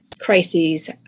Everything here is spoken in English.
crises